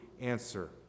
answer